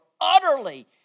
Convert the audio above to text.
utterly